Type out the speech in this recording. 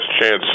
chance